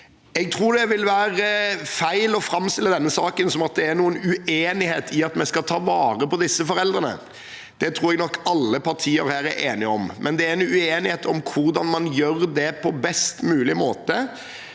Jeg tror det vil være feil å framstille denne saken som om det er noen uenighet om at vi skal ta vare på disse foreldrene. Det tror jeg nok alle partier her er enige om, men det er uenighet om hvordan man gjør det på best mulig måte.